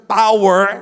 power